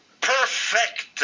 perfect